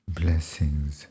blessings